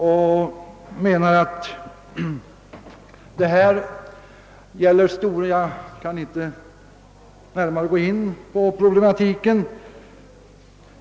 Det är ett stort område, och jag kan här inte närmare ingå på den problematiken.